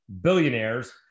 billionaires